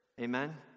Amen